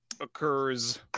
occurs